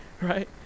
Right